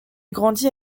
grandit